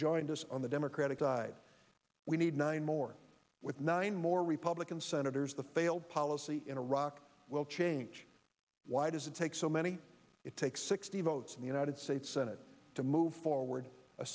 joined us on the democratic side we need nine more with nine more republican senators the failed policy in iraq will change why does it take so many it takes sixty votes in the united states senate to move forward a